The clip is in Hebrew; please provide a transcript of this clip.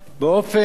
באופן